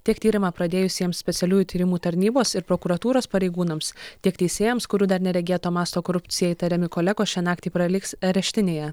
tiek tyrimą pradėjusiems specialiųjų tyrimų tarnybos ir prokuratūros pareigūnams tiek teisėjams kurių dar neregėto masto korupcija įtariami kolegos šią naktį praleis areštinėje